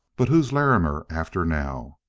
but who's larrimer after now?